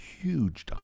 Huge